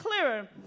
clearer